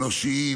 אנושיים,